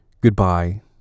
goodbye